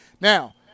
Now